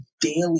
daily